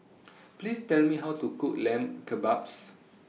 Please Tell Me How to Cook Lamb Kebabs